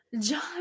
John